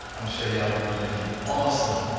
i'm sure y'all'll be lookin' awesome.